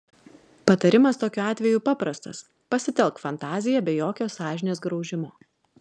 patarimas tokiu atveju paprastas pasitelk fantaziją be jokio sąžinės graužimo